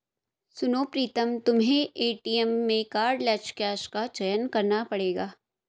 सुनो प्रीतम तुम्हें एटीएम में कार्डलेस कैश का चयन करना पड़ेगा